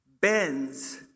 bends